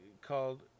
called